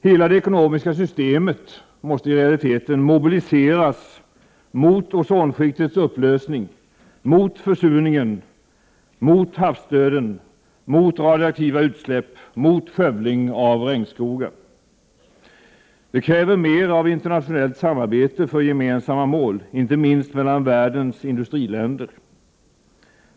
Hela det ekonomiska systemet måste i realiteten mobiliseras mot ozonskiktets upplösning, mot försurningen, mot havsdöden, mot radioaktiva utsläpp, mot skövling av regnskogar. Det kräver mer av internationellt samarbete för gemensamma mål, inte minst mellan världens industriländer.